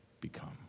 become